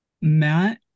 Matt